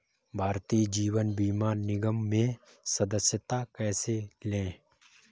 भारतीय जीवन बीमा निगम में सदस्यता कैसे लें?